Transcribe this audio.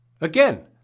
again